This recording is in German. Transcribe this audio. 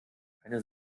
keine